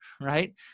right